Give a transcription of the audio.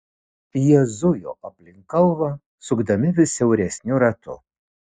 jie zujo aplink kalvą sukdami vis siauresniu ratu